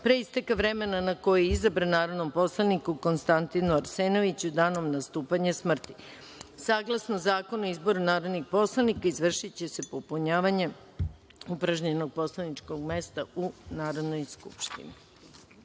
pre isteka vremena na koji je izabran, narodnom poslaniku Konstantinu Arsenoviću, danom nastupanja smrti. Saglasno Zakonu o izboru narodnih poslanika izvršiće se popunjavanje upražnjenog poslaničkog mesta u Narodnoj skupštini. Narodni